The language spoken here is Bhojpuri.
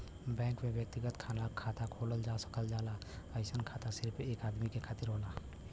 बैंक में व्यक्तिगत खाता खोलल जा सकल जाला अइसन खाता सिर्फ एक आदमी के खातिर होला